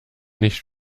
nicht